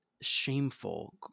shameful